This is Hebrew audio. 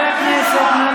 חברי הכנסת, נא